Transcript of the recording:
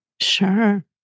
Sure